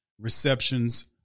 receptions